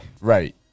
Right